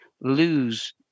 lose